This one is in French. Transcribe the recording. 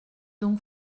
donc